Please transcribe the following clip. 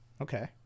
Okay